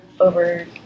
over